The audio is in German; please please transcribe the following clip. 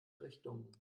richtungen